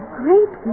great